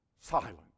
silent